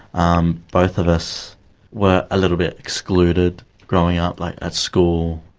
um both of us were a little bit excluded growing up, like at school,